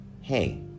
Hey